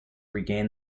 regain